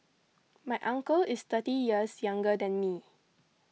my uncle is thirty years younger than me